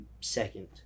second